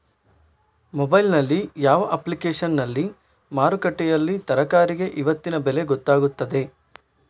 Mobile ನಲ್ಲಿ ಯಾವ ಅಪ್ಲಿಕೇಶನ್ನಲ್ಲಿ ಮಾರುಕಟ್ಟೆಯಲ್ಲಿ ತರಕಾರಿಗೆ ಇವತ್ತಿನ ಬೆಲೆ ಗೊತ್ತಾಗುತ್ತದೆ?